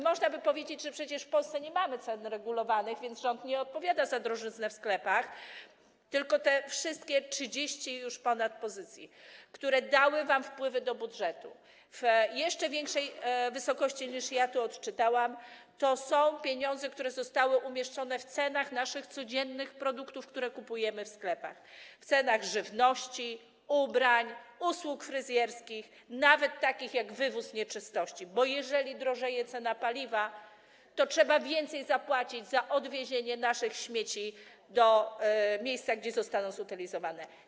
Można by powiedzieć, że przecież w Polsce nie mamy cen regulowanych, więc rząd nie odpowiada za drożyznę w sklepach, ale tych już ponad 30 pozycji, które dały wpływy do budżetu, w jeszcze większej wysokości, niż odczytałam, to są pieniądze, które zostały umieszczone w cenach codziennych produktów, które kupujemy w sklepach, w cenach żywności, ubrań, usług fryzjerskich, nawet takich usług jak wywóz nieczystości, bo jeżeli drożeje paliwo, to trzeba więcej zapłacić za odwiezienie naszych śmieci do miejsca, gdzie zostaną zutylizowane.